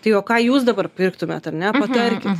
tai o ką jūs dabar pirktumėt ar ne patarkit